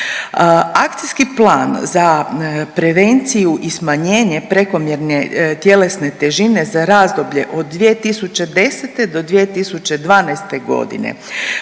Akcijski plan za prevenciju i smanjenje prekomjerne tjelesne težine za razdoblje od 2010.-2012.g.